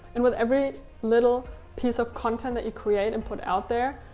and with every little piece of content that you create and put out there,